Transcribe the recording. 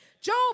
Job